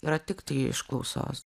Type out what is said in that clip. yra tiktai iš klausos